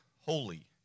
holy